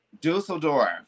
Dusseldorf